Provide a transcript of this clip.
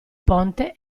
ponte